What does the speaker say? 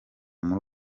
muri